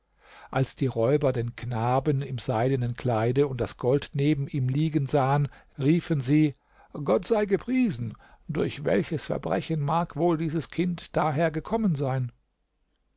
als die räuber den knaben im seidenen kleide und das gold neben ihm liegen sahen riefen sie gott sei gepriesen durch welches verbrechen mag wohl dieses kind daher gekommen sein